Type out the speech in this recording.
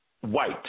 white